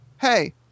hey